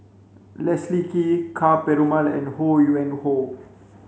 Leslie Kee Ka Perumal and Ho Yuen Hoe